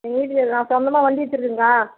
ஏன் வீட்டுக்காரர் தான் சொந்தமாக வண்டி வச்சுருக்கேன்க்கா